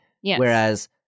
Whereas